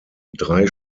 drei